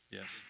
Yes